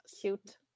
Cute